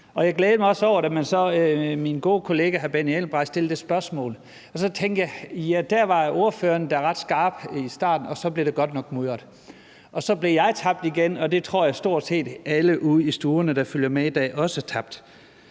Jeg glædede mig også, da min gode kollega hr. Benny Engelbrecht stillede det spørgsmål, og så tænkte jeg, at ordføreren da var ret skarp i starten, men så blev det godt nok mudret. Så blev jeg tabt igen, og det tror jeg stort set alle ude i stuerne, der følger med i dag, også blev,